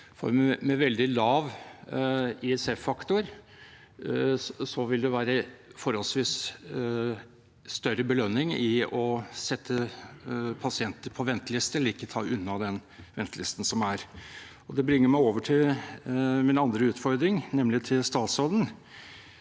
Med veldig lav ISF-faktor vil det være forholdsvis større belønning å sette pasienter på venteliste eller ikke ta unna den ventelisten som er. Det bringer meg over til min andre utfordring, nemlig til statsråden,